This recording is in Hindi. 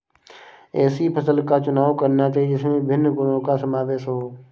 ऐसी फसल का चुनाव करना चाहिए जिसमें विभिन्न गुणों का समावेश हो